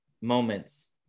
moments